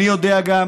אני יודע גם